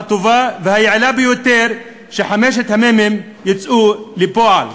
הטובה והיעילה ביותר שחמשת המ"מים יצאו לפועל.